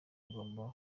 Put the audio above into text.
ugomba